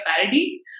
parody